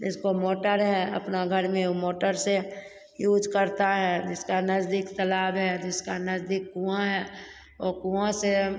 जिसको मोटर है अपना घर में ऊ मोटर से यूज़ करता है जिसका नजदीक तालाब है जिसका नजदीक कुआँ है वो कुआँ से